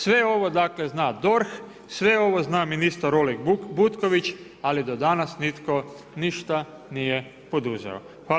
Sve ovo dakle, zna DORH, sve ovo zna ministar Oleg Butković, ali do danas, nitko ništa nije poduzeto.